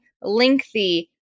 lengthy